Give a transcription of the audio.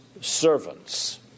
servants